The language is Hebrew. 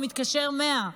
הוא מתקשר 100,